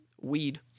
weed